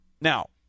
Now